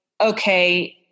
Okay